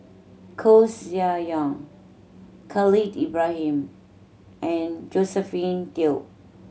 Koeh Sia Yong Khalil Ibrahim and Josephine Teo